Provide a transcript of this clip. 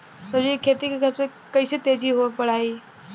सब्जी के खेती के कइसे तेजी से बढ़ाई?